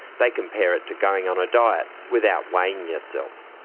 they compare it to going on a diet without weighing yourself.